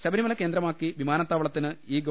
ശബരിമല കേന്ദ്രമാക്കി വിമാനത്താവളത്തിന് ഈ ഗവ